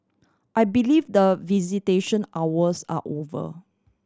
I believe the visitation hours are over